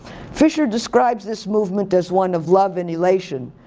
fischer describes this movement as one of love and elation.